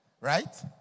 Right